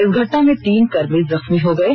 इस घटना में तीन कर्मी जख्मी हो गए हैं